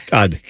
God